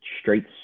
straight